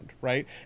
right